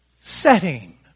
setting